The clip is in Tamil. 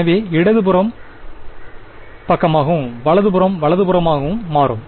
எனவே இது இடது கை பக்கமாகவும் வலது புறம் வலதுபுறமாகவும் மாறும்